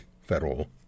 federal